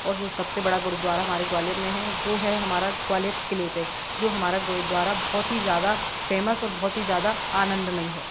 और जो सब से बड़ा गुरुद्वारा हमारे ग्वालियर में है वो है हमारा ग्वालियर क़िले पर जो हमारा गुरुद्वारा बहुत ही ज़्यादा फेमस और बहुत ही ज़यादा आनंदमय है